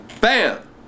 Bam